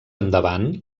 endavant